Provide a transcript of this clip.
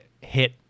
hit